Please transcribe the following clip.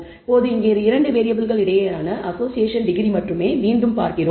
இப்போது இங்கே 2 வேறியபிள்கள் இடையேயான அசோஷியேஷன் டிகிரி மட்டுமே மீண்டும் பார்க்கிறோம்